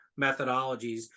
methodologies